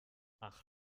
ach